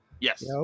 Yes